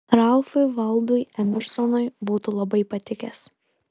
ralfui valdui emersonui būtų labai patikęs